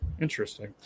Interesting